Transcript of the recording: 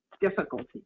difficulty